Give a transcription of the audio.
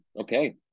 Okay